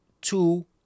two